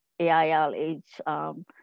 AILH